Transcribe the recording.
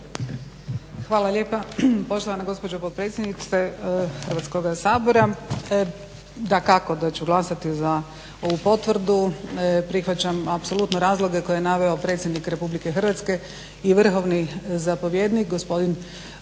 Hvala lijepa poštovana gospođo potpredsjednice Hrvatskoga sabora. Dakako da ću glasati za ovu potvrdu. Prihvaćam apsolutno razloge koje je naveo predsjednik RH i vrhovni zapovjednik gospodin Josipović.